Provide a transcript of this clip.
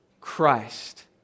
Christ